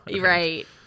Right